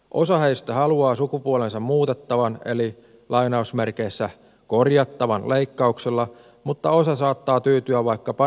osa heistä haluaa sukupuolensa muutettavan eli korjattavan leikkauksella mutta osa saattaa tyytyä vaikkapa naiseksi pukeutumiseen